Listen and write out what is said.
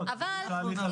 קבעת.